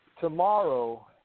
tomorrow